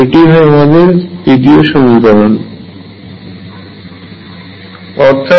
এটি আমাদের সমীকরণ 2 হয়